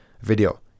Video